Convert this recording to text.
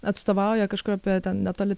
atstovauja kažkur apie ten netoli